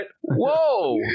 Whoa